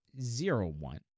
Zero-One